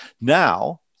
Now